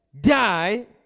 die